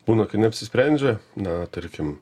būna kai neapsisprendžia na tarkim